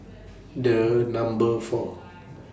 The Number four